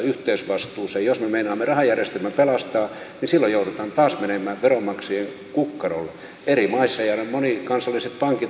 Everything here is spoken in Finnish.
jos me meinaamme rahajärjestelmän pelastaa niin silloin joudutaan taas menemään veronmaksajien kukkarolle eri maissa ja monikansalliset pankit aiheuttavat sen että moni maa joutuu siihen yhteisvastuuseen